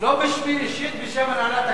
אין מתנגדים.